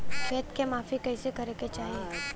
खेत के माफ़ी कईसे करें के चाही?